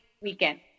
weekend